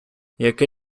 яке